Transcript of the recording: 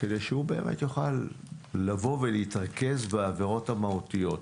כדי שהנציבות תוכל להתרכז בעבירות המהותיות.